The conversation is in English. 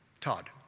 Todd